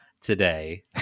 today